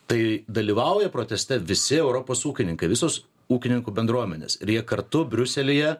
tai dalyvauja proteste visi europos ūkininkai visos ūkininkų bendruomenės ir jie kartu briuselyje